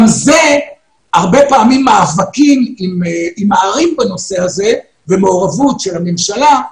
גם זה הרבה פעמים מאבקים עם הערים בנושא הזה במעורבות של הממשלה,